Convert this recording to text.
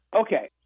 Okay